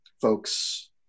folks